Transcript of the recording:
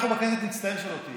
אנחנו בכנסת נצטער שלא תהיי